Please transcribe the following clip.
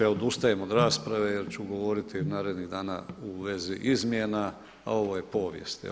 Ja odustajem od rasprave jer ću govoriti narednih dana u vezi izmjena, a ovo je povijest.